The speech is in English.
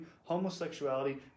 homosexuality